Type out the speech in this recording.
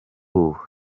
ubu